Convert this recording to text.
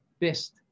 best